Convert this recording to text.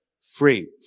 free